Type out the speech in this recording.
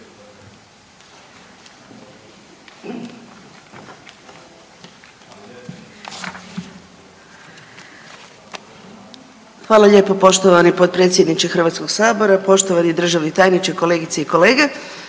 Hvala lijepo poštovani potpredsjedniče Hrvatskoga sabora, poštovani državni tajniče sa suradnicom, kolegice i kolege.